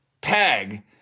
peg